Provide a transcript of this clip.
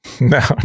no